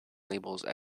labels